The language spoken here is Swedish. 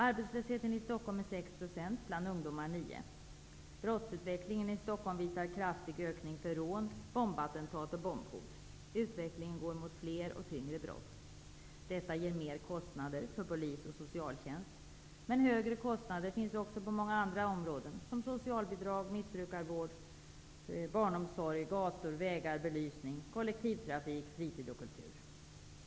Arbetslösheten i Stockholm är Stockholm visar kraftig ökning för rån, bombattentat och bombhot. Utvecklingen går mot fler och tyngre brott. Detta ger mer kostnader för polis och socialtjänst men också högre kostnader på många andra områden som socialbidrag, missbrukarvård, barnomsorg, gator, vägar och belysning, kollektivtrafik, fritid och kultur.